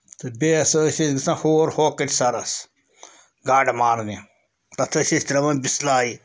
تہٕ بیٚیہِ ہَسا ٲسۍ أسۍ گژھان ہور ہوکٕٹۍ سَرَس گاڈٕ مارنہِ تَتھ ٲسۍ أسۍ ترٛاوان بِسلایہِ